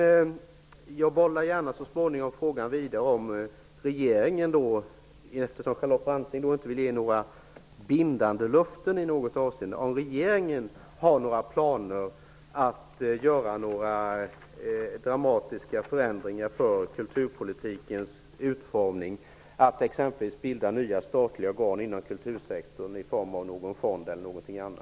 Jag bollar gärna vidare frågan om huruvida regeringen -- Charlotte Branting vill ju inte ge bindande löften i något avseende -- har planer på att göra några dramatiska förändringar när det gäller kulturpolitikens utformning. Det handlar då bl.a. om att bilda nya statliga organ inom kultursektorn i form av exempelvis en fond.